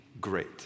great